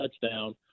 touchdown